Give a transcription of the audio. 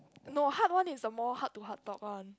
no hard one is a more heart to heart talk [one]